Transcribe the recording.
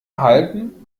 halten